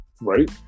right